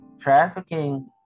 Trafficking